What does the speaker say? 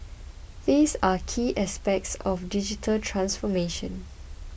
these are key aspects of digital transformation